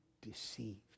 deceived